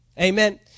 Amen